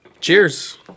cheers